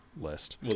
list